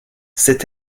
c’est